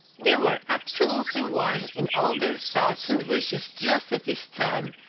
they were absolutely one in all their thoughts and wishes just at this time,